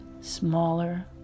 smaller